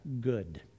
good